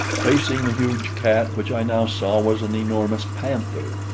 facing the huge cat, which i now saw was an enormous panther,